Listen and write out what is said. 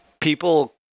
people